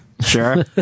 Sure